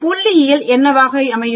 இவற்றின் புள்ளியியல் என்னவாக அமையும்